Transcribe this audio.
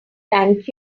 thank